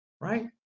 Right